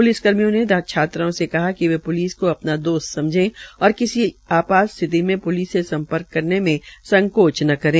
police कर्मियों ने छात्राओं से कहा कि प्लिस को अपना दोस्त समझे और किसी आपात्त स्थिति में प्लिस से सम्पर्क करने में संकोच न करें